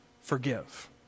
forgive